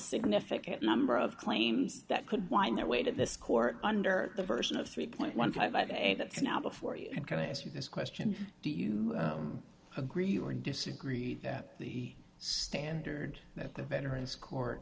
significant number of claims that could wind their way to this court under the person of three point one five eight that's now before you can answer this question do you agree or disagree that the standard that the veterans court